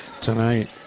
tonight